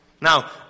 Now